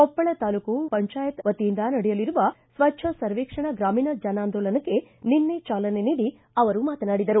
ಕೊಪ್ಪಳ ತಾಲೂಕ ಪಂಚಾಯತ್ ವತಿಯಿಂದ ನಡೆಯಲಿರುವ ಸ್ವಚ್ಛ ಸರ್ವೇಕ್ಷಣ ಗ್ರಾಮೀಣ ಜನಾಂದೋಲನಕ್ಕೆ ನಿನ್ನೆ ಚಾಲನೆ ನೀಡಿ ಅವರು ಮಾತನಾಡಿದರು